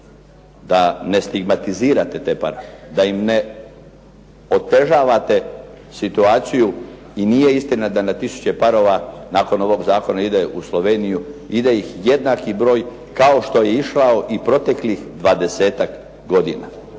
da ne stigmatizirate te partnere, da im ne otežavate situaciju. I nije istina da na tisuće parova nakon ovog zakona ide u Sloveniju. Ide ih jednaki broj, kao što je išao i proteklih 20-ak godina.